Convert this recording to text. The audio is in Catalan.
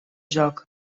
joc